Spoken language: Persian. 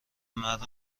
مرد